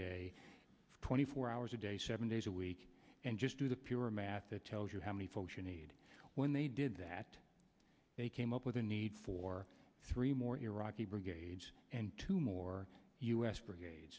day twenty four hours a day seven days a week and just do the pure math that tells you how many folks you need when they did that they came up with the need for three more iraqi brigades and two more u s brigade